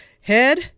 Head